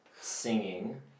singing